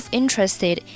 interested